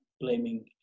blaming